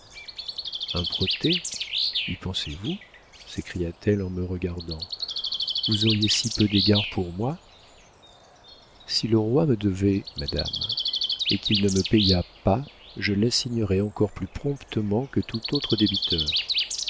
un protêt y pensez-vous s'écria-t-elle en me regardant vous auriez si peu d'égards pour moi si le roi me devait madame et qu'il ne me payât pas je l'assignerais encore plus promptement que tout autre débiteur